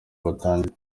batangire